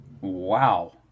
Wow